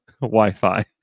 Wi-Fi